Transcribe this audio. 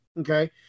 Okay